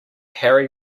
harry